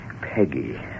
Peggy